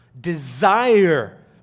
desire